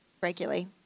regularly